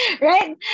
right